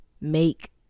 make